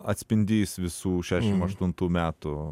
atspindys visų šešim aštuntų metų